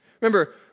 Remember